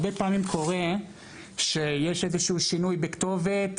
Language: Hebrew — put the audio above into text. הרבה פעמים קורה שיש איזשהו שינוי בכתובת